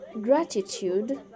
gratitude